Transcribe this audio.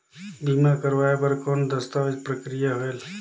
बीमा करवाय बार कौन दस्तावेज प्रक्रिया होएल?